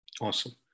Awesome